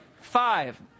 five